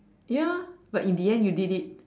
ya but in the end you did it